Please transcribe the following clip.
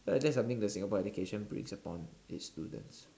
that's something that Singapore education brings upon its students